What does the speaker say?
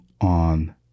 on